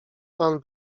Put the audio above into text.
pan